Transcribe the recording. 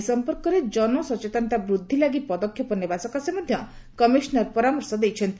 ଏ ସମ୍ପର୍କରେ ଜନସଚ୍ତେନା ବୃଦ୍ଧି ଲାଗି ପଦକ୍ଷେପ ଲାଗି ମଧ୍ୟ କମିଶନର ପରାମର୍ଶ ଦେଇଛନ୍ତି